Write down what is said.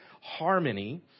harmony